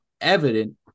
evident